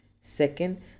second